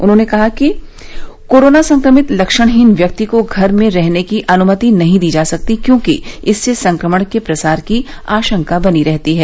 उन्होंने कहा कि कोरोना संक्रमित लक्षणहीन व्यक्ति को घर में रहने की अनुमति नहीं दी जा सकती क्योंकि इससे संक्रमण के प्रसार की आशंका बनी रहती है